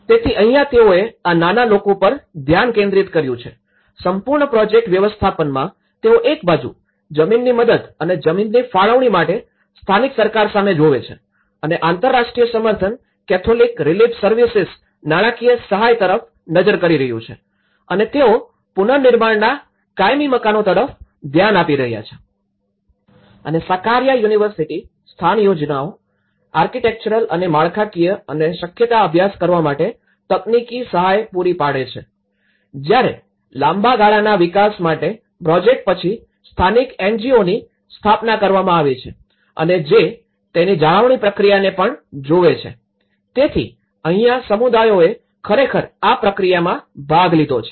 તેથી અહીંયા તેઓએ આ નાના લોકો પાર ધ્યાન કેદ્રિત કર્યું છે સંપૂર્ણ પ્રોજેક્ટ વ્યવસ્થાપનમાં તેઓ એક બાજુ જમીનની મદદ અને જમીનની ફાળવણી માટે સ્થાનિક સરકાર સામે જોવે છે અને આંતરરાષ્ટ્રીય સમર્થન કેથોલિક રિલીફ સર્વિસીસ નાણાકીય સહાય તરફ નજર કરી રહ્યું છે અને તેઓ પુનર્નિર્માણના કાયમી મકાનો તરફ ધ્યાન આપી રહ્યા છે અને સાકાર્યા યુનિવર્સિટી સ્થાન યોજનાઓ આર્કિટેક્ચરલ અને માળખાકીય અને શક્યતા અભ્યાસ કરવા માટે તકનીકી સહાય પૂરી પાડે છે જ્યારે લાંબા ગાળાના વિકાસ માટે પ્રોજેક્ટ પછી સ્થાનિક એનજીઓની સ્થાપના કરવામાં આવી છે અને જે તેની જાળવણી પ્રક્રિયાને પણ જોવે છે તેથી અહીંયા સમુદાયોએ ખરેખર આ પ્રક્રિયામાં ભાગ લીધો છે